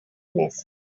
nest